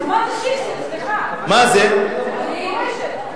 אז מה זה שיקסע, סליחה?